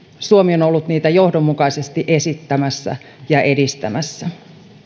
suomi on ollut niitä johdonmukaisesti esittämässä ja edistämässä